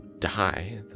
die